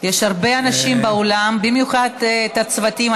יש הרבה אנשים באולם, במיוחד הצוותים.